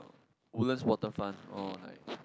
Woodlands-Waterfront or like